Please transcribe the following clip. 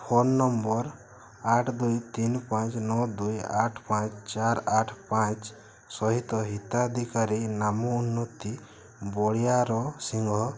phone number ଆଠ ଦୁଇ ତିନି ପାଞ୍ଚ ନଅ ଦୁଇ ଆଠ ପାଞ୍ଚ ଚାରି ଆଠ ପାଞ୍ଚ ସହିତ ହିତାଧିକାରୀ ନାମ ଉନ୍ନତି ବଳିୟାର ସିଂଘ